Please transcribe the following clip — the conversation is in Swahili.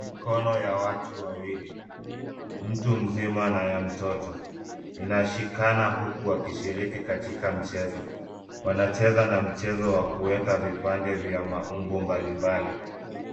Mikono ya watu wawili ya mtu mzima na ya mtoto inashikana huku wakishiriki katika mchezo. Wana cheza na mchezo wa kuweka vipande vya maumbo mbalimbali